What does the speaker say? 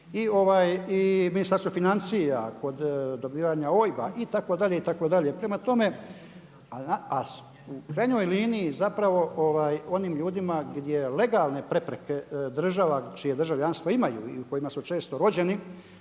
i Ministarstvo financija kod dobivanja OIB-a itd. itd. Prema tome, a u krajnjoj liniji zapravo onim ljudima gdje legalne prepreke država čije državljanstvo imaju i u kojima su često rođeni